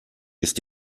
ist